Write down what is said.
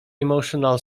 emotional